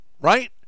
right